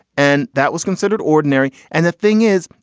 and that was considered ordinary. and the thing is,